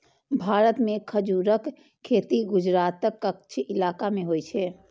भारत मे खजूरक खेती गुजरातक कच्छ इलाका मे होइ छै